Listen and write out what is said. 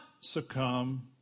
succumb